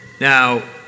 Now